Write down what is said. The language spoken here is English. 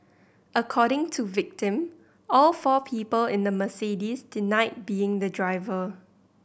according to victim all four people in the Mercedes denied being the driver